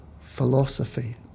philosophy